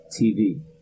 TV